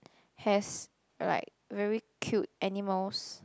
has like very cute animals